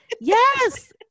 yes